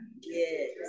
Yes